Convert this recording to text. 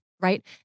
right